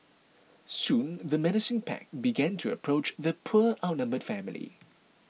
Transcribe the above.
soon the menacing pack began to approach the poor outnumbered family